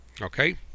Okay